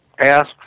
ask